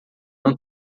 não